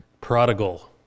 prodigal